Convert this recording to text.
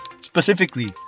Specifically